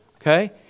okay